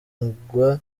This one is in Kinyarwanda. bagwa